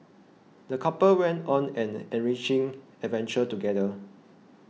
the couple went on an enriching adventure together